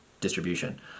distribution